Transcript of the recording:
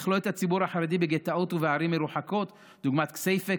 לכלוא את הציבור החרדי בגטאות ובערים מרוחקות כדוגמת כסייפה,